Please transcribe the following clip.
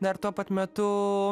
dar tuo pat metu